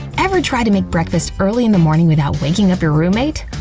ever try to make breakfast early in the morning without waking up your roommate?